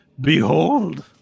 Behold